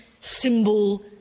symbol